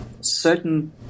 certain